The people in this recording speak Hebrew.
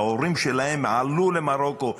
וההורים שלהן עלו ממרוקו,